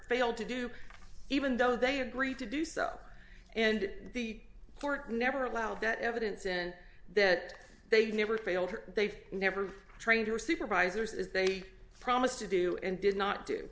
failed to do even though they agreed to do so and the court never allowed that evidence and that they never failed her they never trained her supervisors as they promised to do and did not do